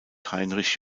heinrich